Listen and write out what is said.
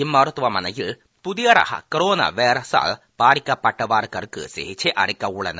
இம்மருத்துவமனையில் புதிய வகை கொரோனா வைரஸால் பாதிக்கப்பட்டவர்களுக்கு சிகிச்சை அளிக்கவுள்ளனர்